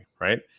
right